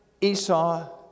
Esau